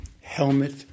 helmet